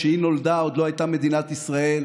כשהיא נולדה עוד לא הייתה מדינת ישראל,